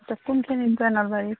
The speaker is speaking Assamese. আচ্ছা কোনখিনিত বা নলবাৰীৰ